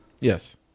Yes